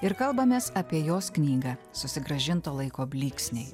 ir kalbamės apie jos knygą susigrąžinto laiko blyksniai